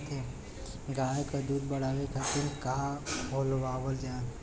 गाय क दूध बढ़ावे खातिन का खेलावल जाय?